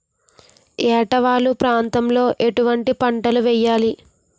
ఏటా వాలు ప్రాంతం లో ఎటువంటి పంటలు వేయాలి?